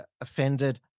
offended